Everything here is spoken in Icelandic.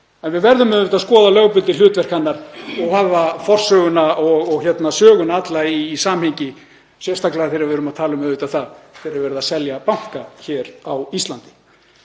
En við verðum auðvitað að skoða lögbundið hlutverk hennar, hafa forsöguna og söguna alla í samhengi, sérstaklega þegar við erum að tala um þegar verið er að selja banka hér á Íslandi.